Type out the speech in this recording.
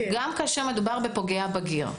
גם כשמדובר בפוגע בגיר.